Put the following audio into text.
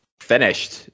finished